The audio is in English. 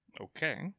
Okay